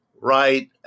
right